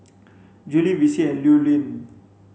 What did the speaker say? Julie Vicy and Llewellyn